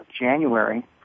January